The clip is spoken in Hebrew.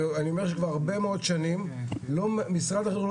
אני אומר לך שכבר הרבה מאוד שנים משרד החינוך לא